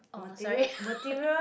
oh sorry